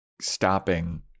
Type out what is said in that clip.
stopping